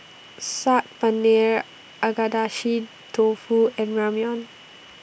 Saag Paneer Agedashi Dofu and Ramyeon